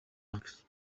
ranks